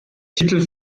titel